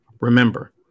Remember